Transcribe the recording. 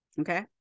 okay